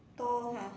tall ah